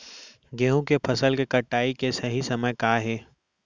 गेहूँ के फसल के कटाई के सही समय का हे?